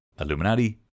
Illuminati